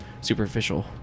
Superficial